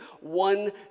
one